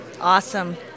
Awesome